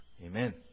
Amen